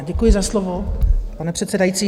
Děkuji za slovo, pane předsedající.